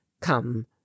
come